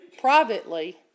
privately